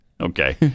Okay